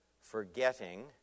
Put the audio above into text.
forgetting